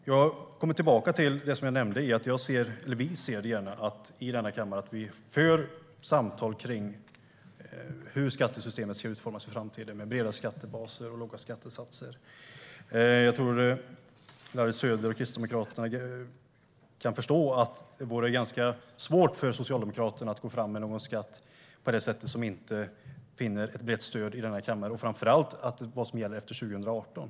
Jag kommer tillbaka till det som jag nämnde. Vi ser gärna att vi i denna kammare för samtal kring hur skattesystemet ska utformas i framtiden, med breda skattebaser och låga skattesatser. Jag tror att Larry Söder och Kristdemokraterna kan förstå att det vore ganska svårt för Socialdemokraterna att gå fram med någon skatt som inte finner ett brett stöd i denna kammare. Framför allt handlar det om vad som gäller efter 2018.